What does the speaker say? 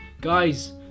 guys